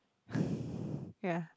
ya